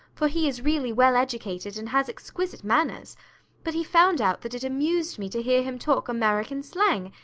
for he is really well educated and has exquisite manners but he found out that it amused me to hear him talk american slang,